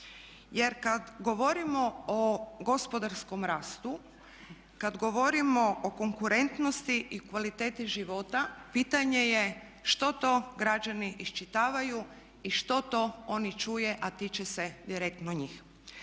Jer kad govorimo o gospodarskom rastu, kad govorimo o konkurentnosti i kvaliteti života pitanje je što to građani iščitavaju i što to oni čuju, a tiče se direktno njih.